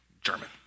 German